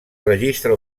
registre